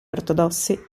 ortodossi